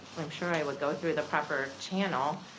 i'm sure i would go through the proper channel.